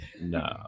No